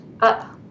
up